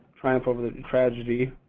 triumph over the tragedy,